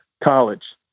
College